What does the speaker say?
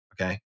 Okay